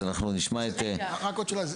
אז אנחנו נשמע את --- רק עוד שאלה.